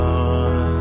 on